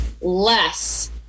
less